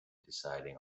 deciding